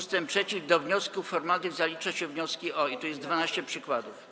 Ust. 3: do wniosków formalnych zalicza się wnioski o... o, i tu jest 12 przykładów.